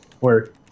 work